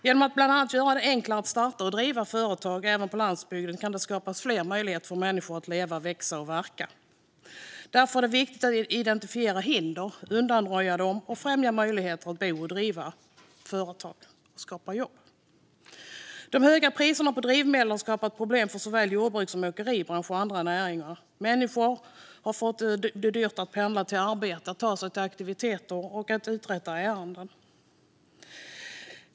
Genom att bland annat göra det enklare att starta och driva företag även på landsbygden kan man skapa fler möjligheter för människor att leva, växa och verka. Därför är det viktigt att identifiera och undanröja hinder samt att främja möjligheten att bo, driva företag och skapa jobb. De höga priserna på drivmedel har skapat problem för såväl jordbruket som åkeribranschen och andra näringar. Det har blivit dyrt för människor att pendla till arbetet, ta sig till aktiviteter och uträtta ärenden.